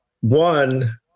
one